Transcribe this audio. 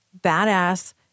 badass